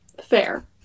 Fair